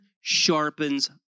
sharpens